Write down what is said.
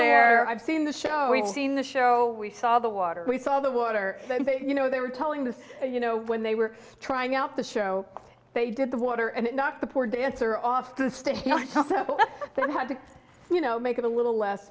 there i've seen the show we've seen the show we saw the water we saw the water you know they were telling this you know when they were trying out the show they did the water and it knocked the poured the answer off the stage you know that had to you know make it a little less